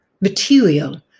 material